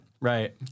Right